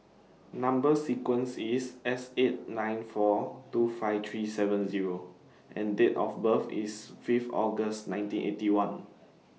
Number sequence IS S eight nine four two five three seven Zero and Date of birth IS five August nineteen Eighty One